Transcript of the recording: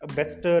Best